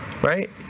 Right